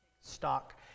Stock